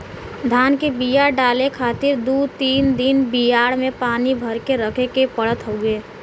धान के बिया डाले खातिर दू तीन दिन बियाड़ में पानी भर के रखे के पड़त हउवे